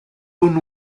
con